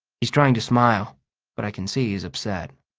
he's trying to smile but i can see he's upset.